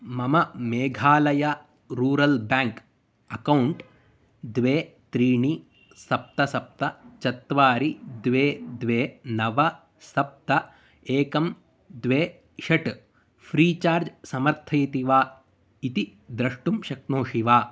मम Meghalaya rural bank account द्वे त्रीणि सप्त सप्त चत्वारि द्वे द्वे नव सप्त एकं द्वे षट् फ़्रीचार्ज् समर्थयति वा इति द्रष्टुं शक्नोषि वा